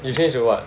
you change to what